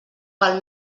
val